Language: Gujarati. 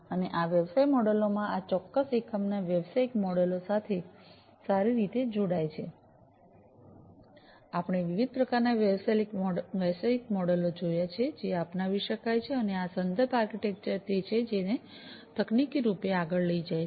અને આ વ્યવસાય મોડેલમાં આ ચોક્કસ એકમના વ્યવસાયિક મોડેલ સાથે સારી રીતે જોડાય છે આપણે વિવિધ પ્રકારનાં વ્યવસાયિક મોડેલો જોયા છે જે અપનાવી શકાય છે અને આ સંદર્ભ આર્કિટેક્ચર તે છે જે તેને તકનીકી રૂપે આગળ લઈ જાય છે